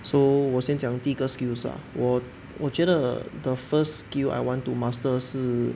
so 我先讲第一个 skills ah 我我觉得 the first skill I want to master 是